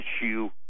issue